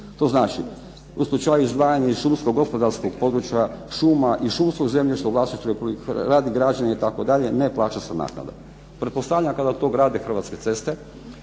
To znači, u slučaju izdvajanja iz šumsko gospodarskog područja šuma i šumskog zemljišta u vlasništvu Republike Hrvatske radi građenja itd., ne plaća se naknada. Pretpostavljam kada to grade Hrvatske ceste,